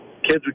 Kids